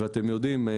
אתם יודעים,